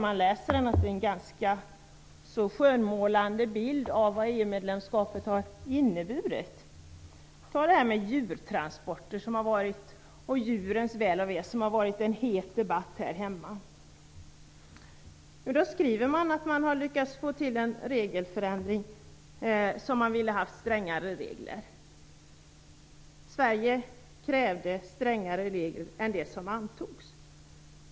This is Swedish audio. Dessutom ger skriften en ganska så skönmålande bild av vad EU-medlemskapet har inneburit. Ta detta med djurtransporter och djurens väl och ve som det har förts en het debatt om här hemma! I skriften står det att man har lyckats få till en regelförändring. Men Sverige vill ha strängare regler än dem som antogs.